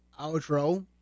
outro